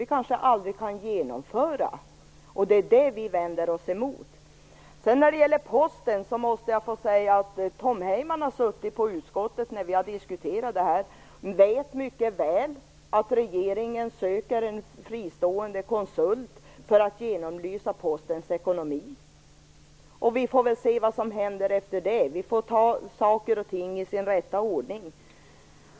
Vi kanske aldrig kan genomföra projekten. Det är det vi vänder oss emot. Tom Heyman har varit med på utskottssammanträden när vi har diskuterat Posten. Han vet mycket väl att regeringen söker en fristående konsult som skall genomlysa Postens ekonomi. Vi får väl se vad som händer efter det. Vi får ta saker och ting i sin rätta ordning.